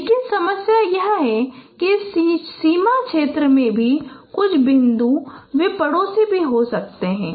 लेकिन समस्या यह है कि इस सीमा क्षेत्र में भी कुछ बिंदु वे पड़ोसी भी हो सकते हैं